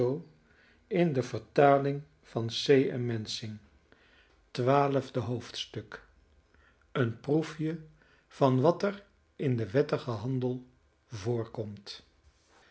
twaalfde hoofdstuk een proefje van wat er in den wettigen handel voorkomt